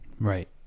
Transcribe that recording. right